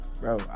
bro